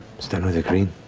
stand with the kryn?